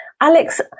Alex